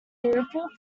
dutiful